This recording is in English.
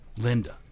Linda